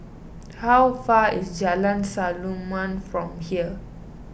how far away is Jalan Samulun from here